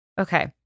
Okay